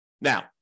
Now